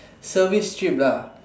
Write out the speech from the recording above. service trip lah